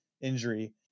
injury